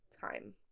time